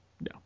No